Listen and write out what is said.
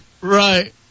Right